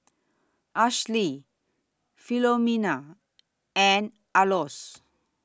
Ashlie Filomena and Aloys